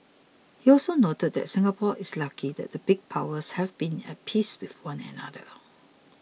he also noted that Singapore is lucky that the big powers have been at peace with one another